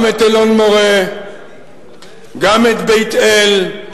גם את אלון-מורה גם את בית-אל.